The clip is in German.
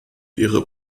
ihre